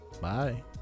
Bye